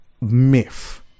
myth